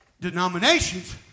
Denominations